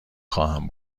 خواهم